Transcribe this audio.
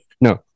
No